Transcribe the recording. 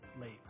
late